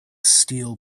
steel